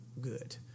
good